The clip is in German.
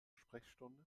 sprechstunde